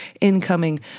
Incoming